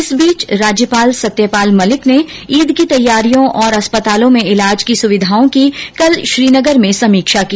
इस बीच राज्यपाल सत्यपाल मलिक ने ईद की तैयारियों और अस्पतालों में इलाज की सुविधाओं की कल श्रीनगर में समीक्षा की